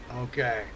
Okay